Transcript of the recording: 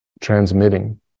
transmitting